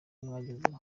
mwagezeho